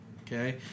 Okay